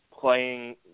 playing